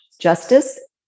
justice